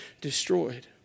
destroyed